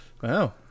Wow